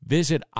Visit